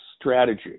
strategy